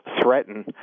threaten